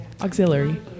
Auxiliary